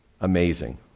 Amazing